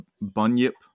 Bunyip